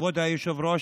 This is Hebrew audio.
כבוד היושב-ראש,